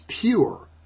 pure